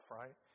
right